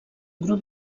grup